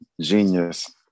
genius